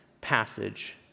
passage